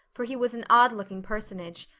for he was an odd-looking personage,